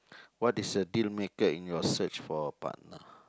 what is a dealmaker in your search for a partner